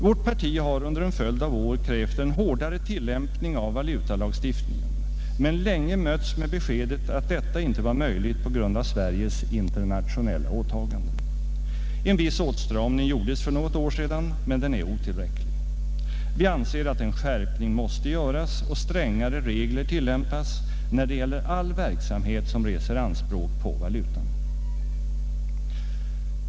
Vårt parti har under en följd av år krävt en hårdare tillämpning av valutalagstiftningen men länge mötts med beskedet att detta inte var möjligt på grund av Sveriges internationella åtaganden. En viss åtstramning gjordes för något år sedan, men den är otillräcklig. Vi anser att en skärpning måste göras och strängare regler tillämpas när det gäller all verksamhet som reser anspråk på valutan.